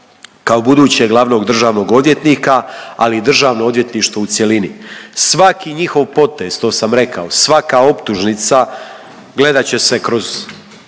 kao budućeg glavnog državnog odvjetnika, ali i Državno odvjetništvo u cjelini. Svaki njihov potez, to sam rekao, svaka optužnica gledat će se kroz